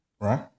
Right